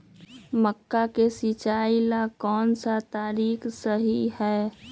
मक्का के सिचाई ला कौन सा तरीका सही है?